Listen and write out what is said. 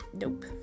nope